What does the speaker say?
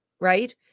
right